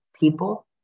people